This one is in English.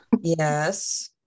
Yes